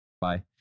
Bye